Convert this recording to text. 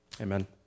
Amen